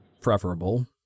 preferable